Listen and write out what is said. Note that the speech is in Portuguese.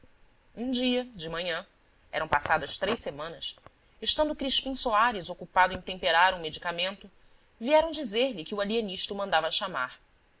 um dia de manhã eram passadas três semanas estando crispim soares ocupado em temperar um medicamento vieram dizer-lhe que o alienista o mandava chamar